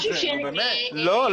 אבל זה משהו ש --- לא,